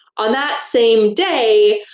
on that same day,